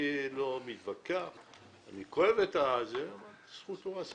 אני לא מתווכח, אני כואב אבל זו זכותו.